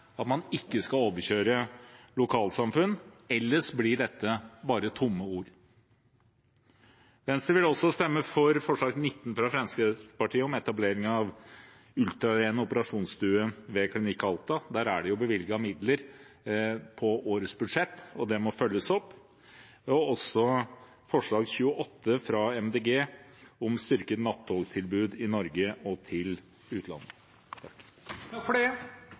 ellers blir dette bare tomme ord. Venstre vil stemme for forslag nr. 19, fra Fremskrittspartiet, om etablering av en ultraren operasjonsstue ved Klinikk Alta. Der er det bevilget midler i årets budsjett, og det må følges opp. Venstre vil også stemme for forslag nr. 28, fra Miljøpartiet De Grønne, om et styrket nattogtilbud i Norge og til utlandet.